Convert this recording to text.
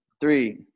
three